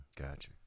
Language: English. Gotcha